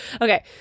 okay